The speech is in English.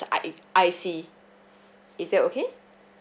I I_C is that okay